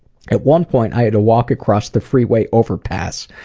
at one point i had to walk across the freeway overpass.